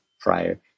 prior